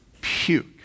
puke